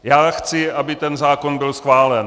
Já chci, aby ten zákon byl schválen.